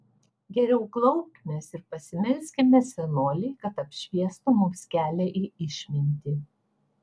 geriau klaupkimės ir pasimelskime senolei kad apšviestų mums kelią į išmintį